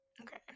Okay